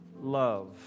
Love